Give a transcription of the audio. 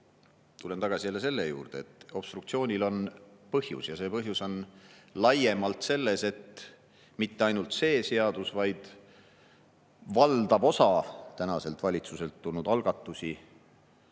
tulen tagasi jälle selle juurde, et obstruktsioonil on põhjus ja see põhjus on laiemalt selles, et mitte ainult see seadus, vaid valdav osa tänaselt valitsuselt tulnud algatusi